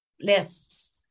lists